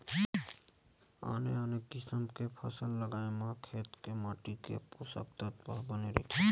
आने आने किसम के फसल लगाए म खेत के माटी के पोसक तत्व ह बने रहिथे